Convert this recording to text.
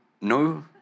no